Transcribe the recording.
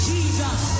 Jesus